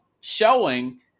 showing